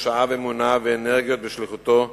שאב אמונה ואנרגיות בשליחותו הציבורית,